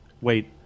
Wait